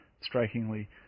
strikingly